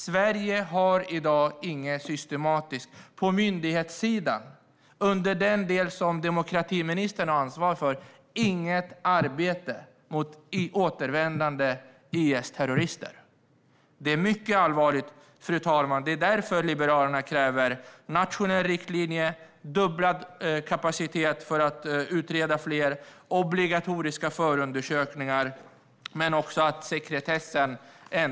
Sverige har i dag på myndighetssidan, alltså i den del som demokratiministern har ansvar för, inget systematiskt arbete mot återvändande IS-terrorister. Detta är mycket allvarligt, fru talman. Liberalerna kräver därför nationella riktlinjer, fördubblad kapacitet för att utreda fler, obligatoriska förundersökningar och ändring av sekretessen.